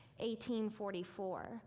1844